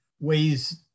Ways